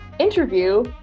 interview